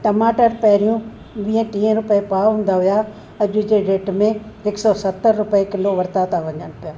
टमाटर पहिरियों वीहें टीहें रुपये पाव हूंदा हुया अॼु जे डेट में हिकु सौ सतरि रुपये किलो वरिता था वञनि पिया